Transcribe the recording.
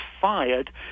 fired